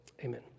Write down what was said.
Amen